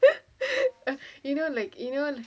you know like you know